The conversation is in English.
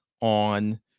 On